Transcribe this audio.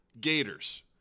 gators